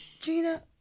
Gina